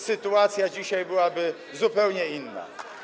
sytuacja dzisiaj byłaby zupełnie inna.